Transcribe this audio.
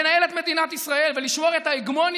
לנהל את מדינת ישראל ולשמור את ההגמוניה